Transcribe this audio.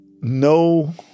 No